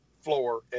floor